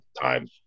time